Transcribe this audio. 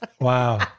wow